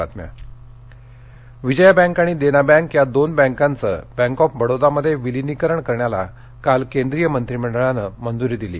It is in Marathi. बँक विलीनीकरण विजया बँक आणि देना बँक या दोन बँकांचं बँक ऑफ बडोदामध्ये विलीनीकरण करण्याला काल केंद्रीय मंत्रीमंडळानं मंजुरीदिली